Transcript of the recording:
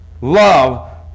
Love